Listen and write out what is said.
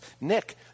Nick